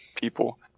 people